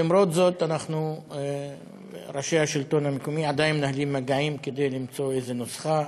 למרות זאת ראשי השלטון המקומי עדיין מנהלים מגעים כדי למצוא איזו נוסחה,